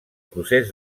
procés